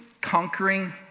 conquering